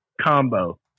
combo